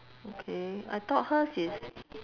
okay I thought hers is